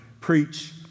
preach